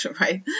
Right